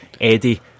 Eddie